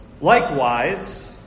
Likewise